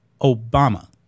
Obama